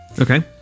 Okay